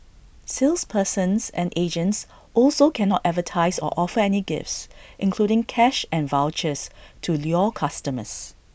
salespersons and agents also cannot advertise or offer any gifts including cash and vouchers to lure customers